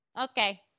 Okay